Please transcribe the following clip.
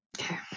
okay